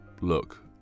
look